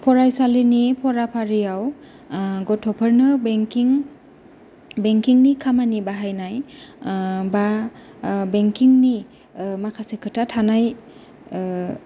फरायसालिनि फरा फारियाव गथ'फोरनो बेंकिं बेंकिंनि खामानि बाहायनाय बा बेंकिंनि माखासे खोथा थानाय